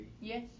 Yes